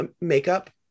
makeup